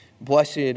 Blessed